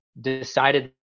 decided